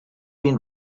been